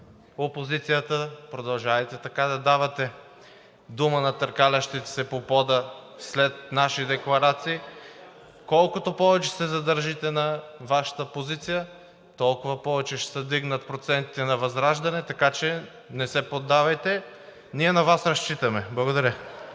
опозицията, продължавайте така да давате дума на търкалящите се по пода след наши декларации. Колкото повече се задържите на Вашата позиция, толкова повече ще се вдигнат процентите на ВЪЗРАЖДАНЕ. Така че не се поддавайте, ние на Вас разчитаме! Благодаря.